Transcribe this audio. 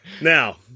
Now